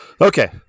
Okay